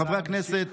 חברי הכנסת,